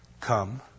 come